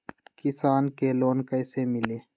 किसान के लोन कैसे मिली?